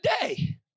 day